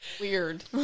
weird